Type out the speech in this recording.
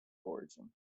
origin